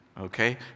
Okay